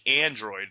Android